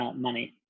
money